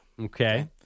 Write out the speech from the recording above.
Okay